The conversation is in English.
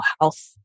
health